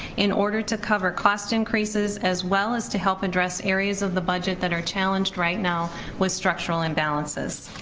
in order to cover cost increases as well as to help address areas of the budget that are challenged right now with structural imbalances.